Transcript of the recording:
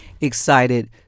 excited